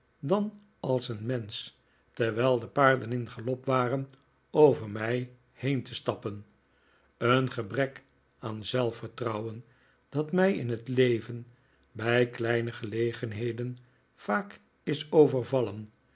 daii als een mensch terwijl de paarden in galop waren over mij heen te stappen een gebrek aan zelfvertrouwen dat mij in het leven bij kleine gelegenheden vaak is overvallen